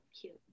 cute